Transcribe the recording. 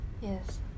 Yes